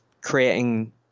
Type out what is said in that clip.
creating